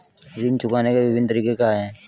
ऋण चुकाने के विभिन्न तरीके क्या हैं?